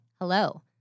hello